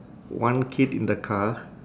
one kid in the car